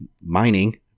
mining